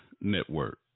Network